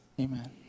Amen